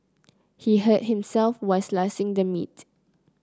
he hurt himself while slicing the meat